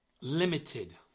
limited